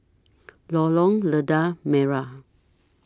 Lorong Lada Merah